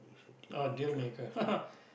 oh dealmaker